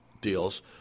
deals